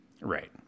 right